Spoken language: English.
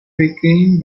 became